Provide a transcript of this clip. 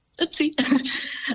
oopsie